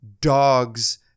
dogs